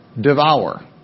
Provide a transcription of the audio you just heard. devour